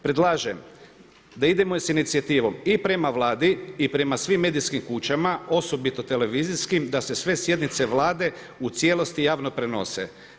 Predlažem da idemo i sa inicijativom i prema Vladi i prema svim medijskim kućama, osobito televizijskim da se sve sjednice Vlade u cijelosti javno prenose.